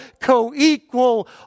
co-equal